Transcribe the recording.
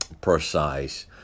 precise